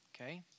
Okay